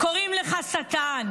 קוראים לך שטן,